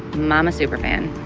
mama super-fan.